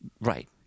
right